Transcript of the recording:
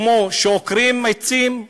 כמו שעוקרים עצים,